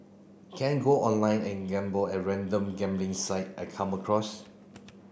can I go online and gamble at any random gambling site I come across